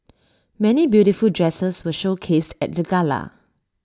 many beautiful dresses were showcased at the gala